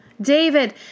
David